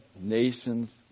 nation's